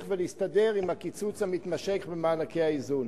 ולהסתדר עם הקיצוץ המתמשך במענקי האיזון.